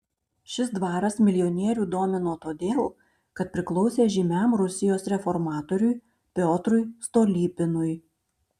šis dvaras milijonierių domino todėl kad priklausė žymiam rusijos reformatoriui piotrui stolypinui